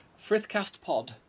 frithcastpod